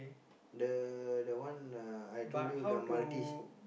the that one uh I told you the Maltese